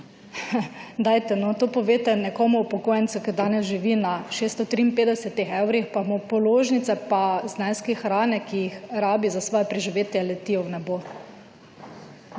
dajte no, to poveste nekomu upokojencu, ki danes živi na 653 evrih, pa mu položnice pa zneski hrane, ki jih rabi za svoje preživetje, letijo v nebo,